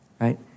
Right